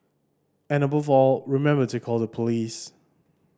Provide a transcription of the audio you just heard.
and above all remember to call the police